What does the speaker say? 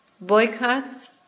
boycotts